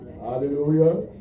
Hallelujah